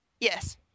Yes